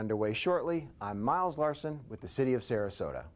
underway shortly miles larsen with the city of sarasota